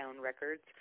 records